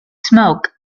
smoke